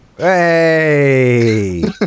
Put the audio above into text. Hey